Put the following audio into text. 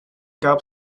gab